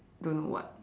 don't know what